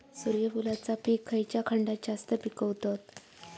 सूर्यफूलाचा पीक खयच्या खंडात जास्त पिकवतत?